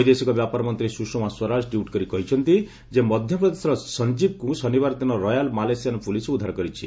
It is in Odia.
ବୈଦେଶିକ ବ୍ୟାପାର ମନ୍ତ୍ରୀ ସୁଷମା ସ୍ୱରାଜ ଟ୍ୱିଟ୍ କରି କହିଛନ୍ତି ଯେ ମଧ୍ୟପ୍ରଦେଶର ସଂଜୀବଙ୍କ ଶନିବାର ଦିନ ରୟାଲ୍ ମାଲେସିଆନ୍ ପ୍ରଲିସ୍ ଉଦ୍ଧାର କରିଛି